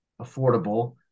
affordable